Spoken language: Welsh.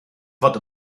fod